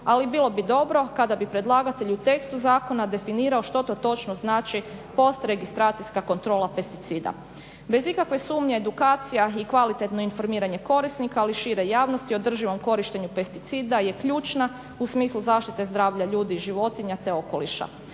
ali bilo bi dobro kada bi predlagatelj u tekstu zakona definirao što to točno znači postregistracijska kontrola pesticida. Bez ikakve sumnje edukacija i kvalitetno informiranje korisnika ali i šire javnosti o održivom korištenju pesticida je ključna u smislu zaštite zdravlja ljudi i životinja te okoliša.